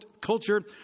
culture